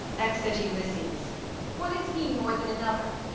exit ulysses what is he more than another?